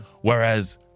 whereas